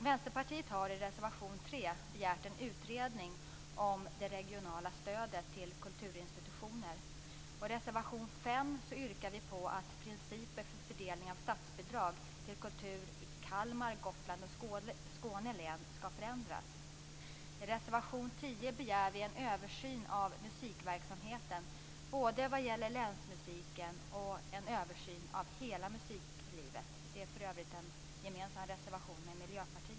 Vänsterpartiet har i reservation 3 begärt en utredning om det regionala stödet till kulturinstitutioner. I reservation 5 yrkar vi på att principer för fördelning av statsbidraget till kultur i Kalmar, Gotlands och Skåne län skall förändras. I reservation 10 begär vi en översyn av musikverksamheten vad gäller länsmusiken samt en översyn av hela musiklivet. Det är en reservation som vi har gemensamt med Miljöpartiet.